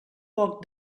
poc